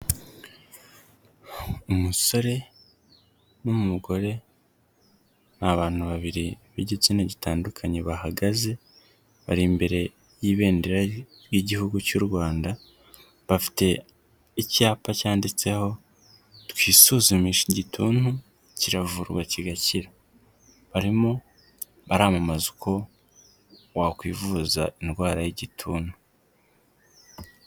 Umusore n'umugore ni abantu babiri b'igitsina gitandukanye bahagaze bari imbere y'ibendera ry'igihugu cy'u rwanda bafite icyapa cyanditseho twisuzumishe igituntu kiravurwa kigakira barimo baramamaza uko wakwivuza indwara y'igituntu.